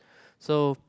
so